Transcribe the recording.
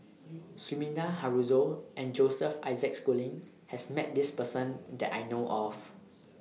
Sumida Haruzo and Joseph Isaac Schooling has Met This Person that I know of